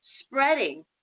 spreading